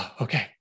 okay